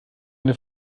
eine